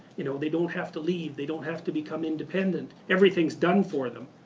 you know they don't have to leave. they don't have to become independent. everything's done for them,